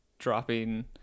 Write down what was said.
dropping